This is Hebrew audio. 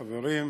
חברים,